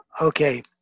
Okay